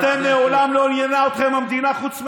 מעולם לא עניינה אתכם המדינה, חוץ מעצמכם,